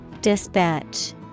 Dispatch